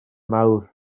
mawr